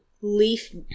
leaf